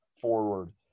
forward